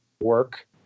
work